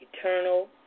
eternal